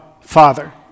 Father